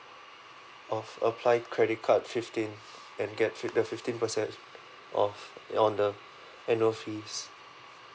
of apply credit card fifteen can get fif~ the fifteen percent of on the annual fees